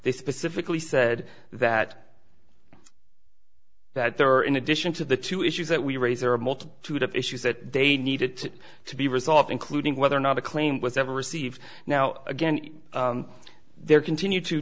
they specifically said that that there are in addition to the two issues that we raise are a multitude of issues that they need it to be resolved including whether or not a claim was ever received now again they're continued to